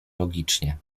logicznie